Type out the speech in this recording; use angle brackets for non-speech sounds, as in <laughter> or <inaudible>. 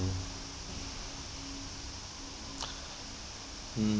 <noise> mm